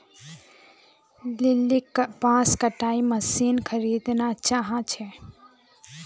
लिलीक कपास कटाईर मशीन खरीदना चाहा छे